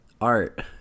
art